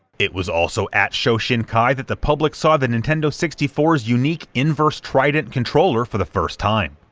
it was also at shoshinkai that the public saw the nintendo sixty four s unique inverse trident controller for the first time.